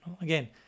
Again